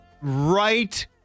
right